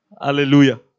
Hallelujah